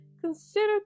consider